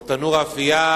או תנור אפייה,